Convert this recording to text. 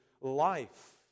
life